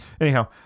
Anyhow